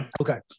Okay